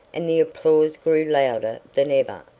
and the applause grew louder than ever.